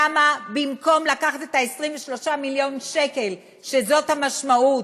למה, במקום לקחת את 23 מיליון השקל, שזאת המשמעות,